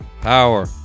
power